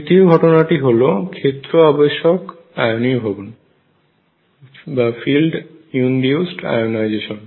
তৃতীয় ঘটনাটি হল ক্ষেত্র আবেশক আয়নীভবন